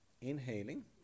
inhaling